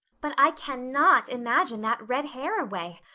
but i cannot imagine that red hair away.